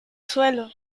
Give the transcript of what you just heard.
suelo